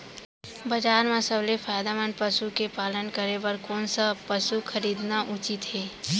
बजार म सबसे फायदामंद पसु के पालन करे बर कोन स पसु खरीदना उचित हे?